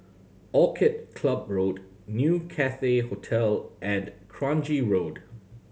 Orchid Club Road New Cathay Hotel and Kranji Road